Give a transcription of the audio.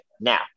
Now